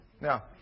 Now